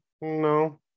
no